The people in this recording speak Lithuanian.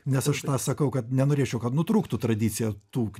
nes aš sakau kad nenorėčiau kad nutrūktų tradicija tų